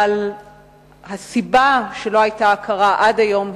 אבל הסיבה שלא היתה הכרה עד היום,